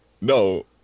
no